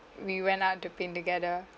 we went out to paint together